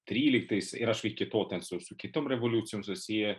tryliktais ir aišku iki to ten su kitom revoliucijom susiję